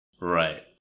right